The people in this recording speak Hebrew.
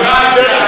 הוא דיבר אתך בחוצפה,